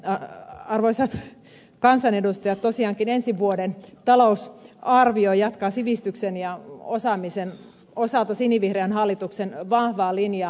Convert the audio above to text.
arvoisat kansanedustajat tosiaankin ensi vuoden talousarvio jatkaa sivistyksen ja osaamisen osalta sinivihreän hallituksen vahvaa linjaa